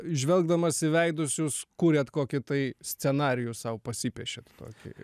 žvelgdamas į veidus jūs kuriat kokį tai scenarijų sau pasipiešiat kokį